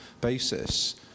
basis